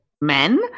men